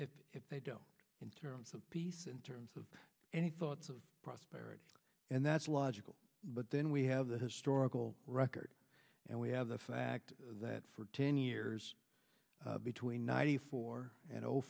them if they don't in terms of peace in terms of any thoughts of prosperity and that's logical but then we have the historical record and we have the fact that for ten years between ninety four and